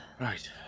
Right